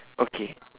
okay